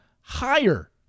higher